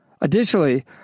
Additionally